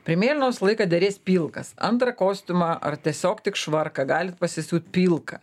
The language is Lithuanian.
prie mėlyno visą laiką derės pilkas antrą kostiumą ar tiesiog tik švarką galit pasisiūt pilką